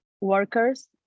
workers